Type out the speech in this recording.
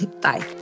Bye